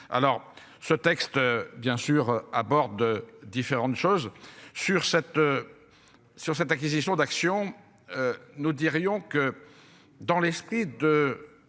Alors ce texte bien sûr à bord de différentes choses sur cette. Sur cette acquisition d'actions. Nous dirions que dans l'esprit de